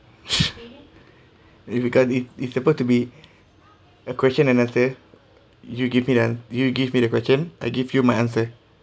if you can't it it suppose to be a question and answer you give me then you give me the question I give you my answer